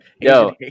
Yo